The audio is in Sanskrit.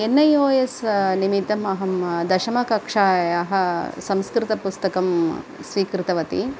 एन् ऐ ओ एस् निमित्तम् अहं दशमकक्ष्यायाः संस्कृतपुस्तकं स्वीकृतवती